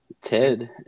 Ted